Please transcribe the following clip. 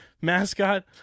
mascot